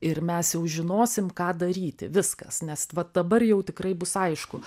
ir mes jau žinosim ką daryti viskas nes va dabar jau tikrai bus aišku